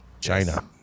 China